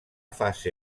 fase